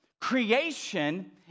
creation